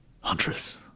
Huntress